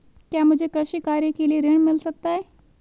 क्या मुझे कृषि कार्य के लिए ऋण मिल सकता है?